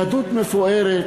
יהדות מפוארת,